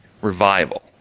Revival